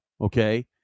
Okay